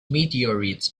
meteorites